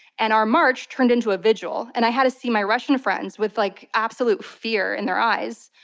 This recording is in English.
and our march turned into a vigil. and i had to see my russian friends, with like absolute fear in their eyes,